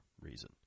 reason